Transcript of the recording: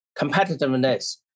competitiveness